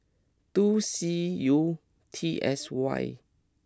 two C U T S Y